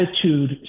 attitude